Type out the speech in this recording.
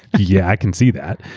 yeah i can see that.